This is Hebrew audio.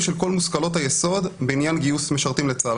של כל מושכלות היסוד בעניין גיוס משרתים לצה"ל.